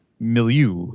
Milieu